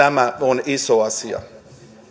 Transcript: tämä on iso asia